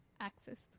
access